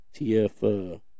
TF